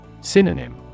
Synonym